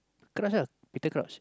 Crouch lah Petercrouch